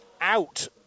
out